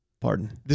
Pardon